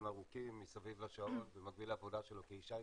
ארוכים מסביב לשעון במקביל לעבודה שלו כאיש הייטק,